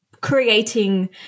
Creating